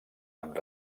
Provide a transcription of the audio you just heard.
amb